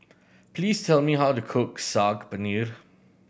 please tell me how to cook Saag Paneer